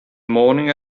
morning